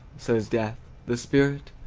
says death. the spirit,